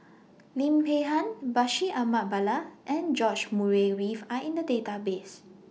Lim Peng Han Bashir Ahmad Mallal and George Murray Reith Are in The Database